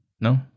No